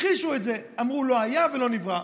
הכחישו את זה, אמרו: לא היה ולא נברא.